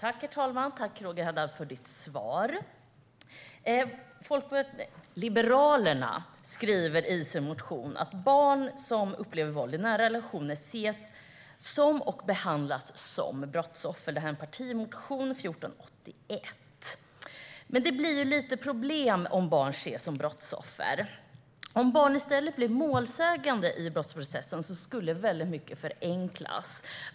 Herr talman! Tack, Roger Haddad, för ditt svar. Liberalerna skriver i sin partimotion 1481 att barn som upplever våld i nära relationer ses som och behandlas som brottsoffer. Men det blir lite problem om barn ses som brottsoffer. Om barn i stället blir målsägande i brottsprocessen skulle väldigt mycket förenklas.